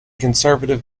conservative